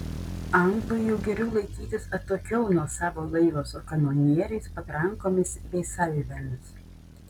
anglui jau geriau laikytis atokiau nuo savo laivo su kanonieriais patrankomis bei salvėmis